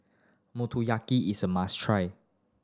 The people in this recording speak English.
motoyaki is a must try